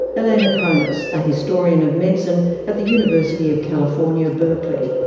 elena conis, a historian of medicine at the university of california, berkeley.